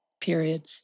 Period